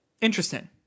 Interesting